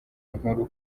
nkuru